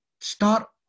start